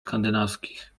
skandynawskich